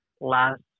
last